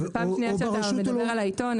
זו פעם שנייה שאתה מדבר על העיתון,